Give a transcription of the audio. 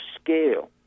scale